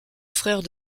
frère